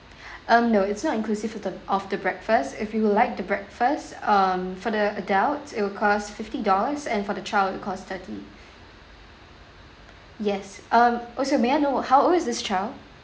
um no it's not inclusive of of the breakfast if you would like the breakfast um for the adult it'll cost fifty dollars and for the child it cost thirty yes um also may I know how old is this child